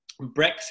Brexit